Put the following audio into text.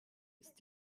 ist